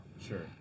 Sure